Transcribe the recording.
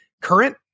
current